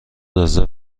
رزرو